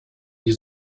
die